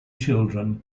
children